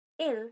Ill